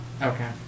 Okay